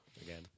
again